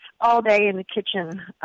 all-day-in-the-kitchen